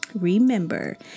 remember